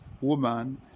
woman